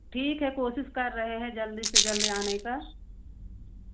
ठीक है कोशिश कर रहे हैं जल्दी से जल्दी आने का